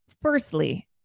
firstly